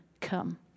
come